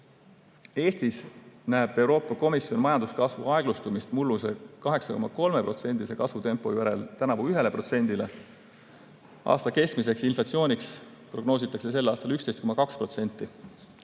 Eestis näeb Euroopa Komisjon tänavu majanduskasvu aeglustumist mulluse 8,3%‑lise kasvutempo järel 1%‑le. Aasta keskmiseks inflatsiooniks prognoositakse sel aastal 11,2%.